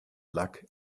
luck